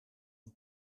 een